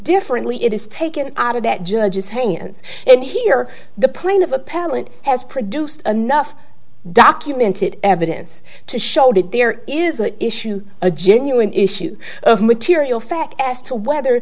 differently it is taken out of that judge's hands and here the plain of appellant has produced enough documented evidence to show that there is an issue a genuine issue of material fact as to whether